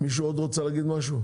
יש עוד מישהו שרוצה לומר משהו?